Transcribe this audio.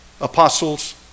apostles